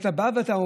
שאתה בא ואומר,